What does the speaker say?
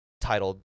titled